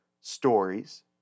stories